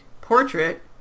Portrait